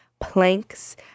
planks